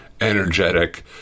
energetic